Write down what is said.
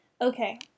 Okay